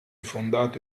fondato